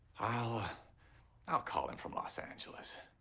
i'll i'll call him from los angeles.